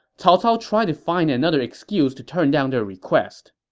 cao cao tried to find another excuse to turn down their request.